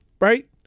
Right